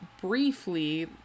briefly